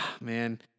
man